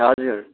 हजुर